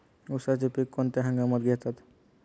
उसाचे पीक कोणत्या हंगामात घेतात?